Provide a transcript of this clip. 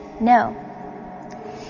No